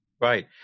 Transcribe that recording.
right